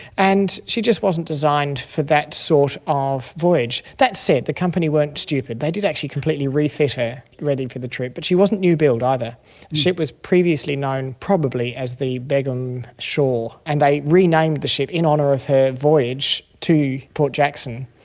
and she just wasn't designed for that sort of voyage. that said, the company weren't stupid, they did actually completely refit her ready for the trip but she wasn't new build either. the ship was previously known probably as the begum shaw, and they renamed the ship in honour of her voyage to port jackson,